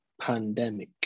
pandemic